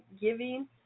giving